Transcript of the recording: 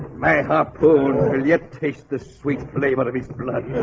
my harpoon will yet taste the sweet flavor of his blood